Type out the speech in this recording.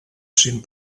cinc